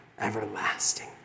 everlasting